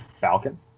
Falcon